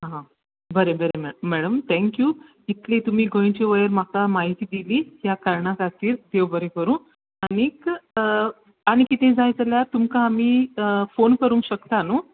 हां बरें बरें मॅडम थँक्यू इतलें तुमी गोंयचे वयर म्हाका म्हायती दिली त्या कारणा खातीर देव बरें करू आनीक आनी कितें जाय जाल्यार तुमका आमी फोन करूंक शकता न्हू